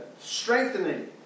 Strengthening